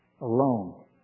alone